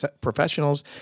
professionals